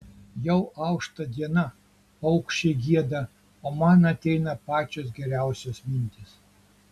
jau aušta diena paukščiai gieda o man ateina pačios geriausios mintys